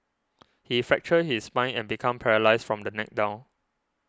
he fractured his spine and became paralysed from the neck down